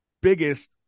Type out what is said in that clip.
biggest